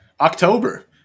October